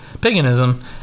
paganism